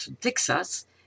Texas